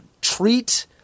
treat